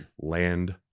land